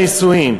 הנישואין.